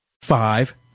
Five